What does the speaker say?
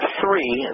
three